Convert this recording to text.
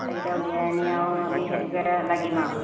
সেইকেইটা উলিয়াই আনি আৰু আমি সেইটোকে লাগিম আৰু